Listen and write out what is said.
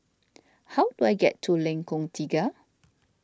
how do I get to Lengkong Tiga